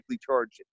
charged